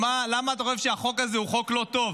ולמה אתה חושב שהחוק הזה הוא חוק לא טוב?